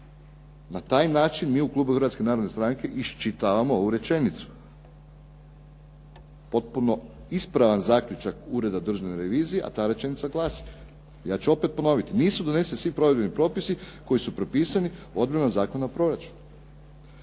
Na taj način mi u klubu Hrvatske narodne stranke iščitavamo ovu rečenicu. Potpuno ispravak zaključak Ureda državne revizije a ta rečenica glasi, ja ću opet ponoviti: "Nisu doneseni svi provedbeni propisi koji su propisani odredbama Zakona o proračunu.".